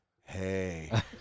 Hey